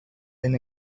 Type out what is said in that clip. been